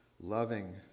loving